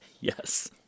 Yes